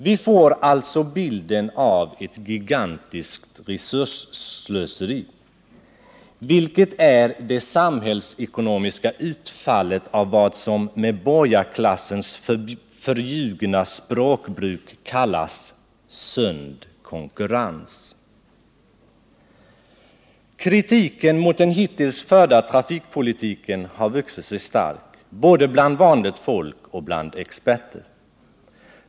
Vi får alltså bilden av ett gigantiskt resursslöseri, vilket är det samhällsekonomiska utfallet av vad som med borgarklassens förljugna språkbruk kallas ”sund konkurrens”. Kritiken mot den hittills förda trafikpolitiken har vuxit sig stark både bland vanligt folk och bland experter.